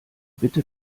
bitte